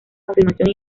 confirmación